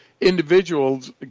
individuals